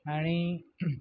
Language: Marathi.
आणि